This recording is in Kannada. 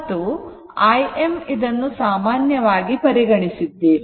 ಮತ್ತು Im ಇದನ್ನು ಸಾಮಾನ್ಯವಾಗಿ ಪರಿಗಣಿಸಿದ್ದೇವೆ